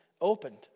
opened